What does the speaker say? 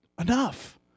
enough